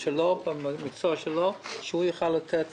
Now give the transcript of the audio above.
במקצוע שלו יוכל לתת